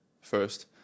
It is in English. first